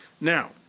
Now